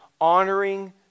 honoring